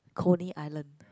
Coney Island